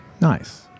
nice